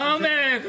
לעומק.